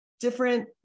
different